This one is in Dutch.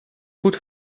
goed